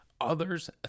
Others